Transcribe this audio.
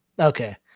Okay